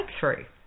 breakthrough